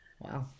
Wow